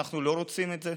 אנחנו לא רוצים את זה,